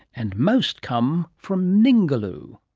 and most come from ningaloo.